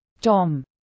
Tom